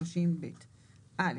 א)